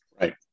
Right